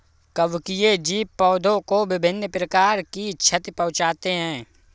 कवकीय जीव पौधों को विभिन्न प्रकार की क्षति पहुँचाते हैं